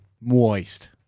Moist